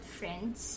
friends